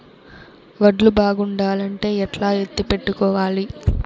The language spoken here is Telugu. వడ్లు బాగుండాలంటే ఎట్లా ఎత్తిపెట్టుకోవాలి?